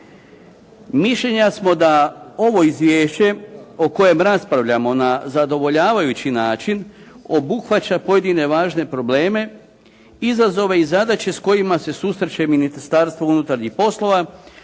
Mišljenja smo da ovo izvješće o kojem raspravljamo na zadovoljavajući način obuhvaća pojedine važne probleme, izazove i zadaće s kojima se susreće Ministarstvo unutarnjih poslova,